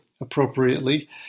appropriately